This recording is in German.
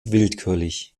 willkürlich